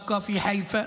נשארים בחיפה,